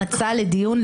המצע לדיון,